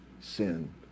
sin